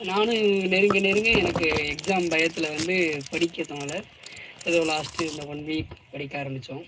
நானும் நெருங்க நெருங்க எனக்கு எக்ஸாம் பயத்தில் வந்து படிக்கத் தோணலை ஏதோ லாஸ்ட்டு இருந்த ஒன் வீக் படிக்க ஆரம்மிச்சோம்